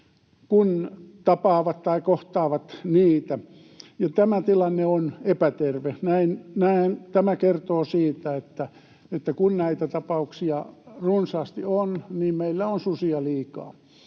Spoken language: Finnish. kun kohtaavat niitä, ja tämä tilanne on epäterve. Tämä kertoo siitä, että kun näitä tapauksia runsaasti on, niin meillä on susia liikaa.